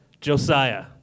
Josiah